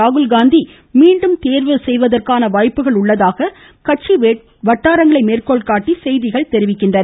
ராகுல்காந்தி மீண்டும் தேர்வு செய்வதற்கான வாய்ப்புகள் உள்ளதாக கட்சி வட்டாரங்களை மேற்கோள்காட்டி செய்திகள் தெரிவிக்கின்றன